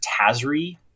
Tazri